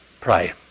pray